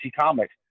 Comics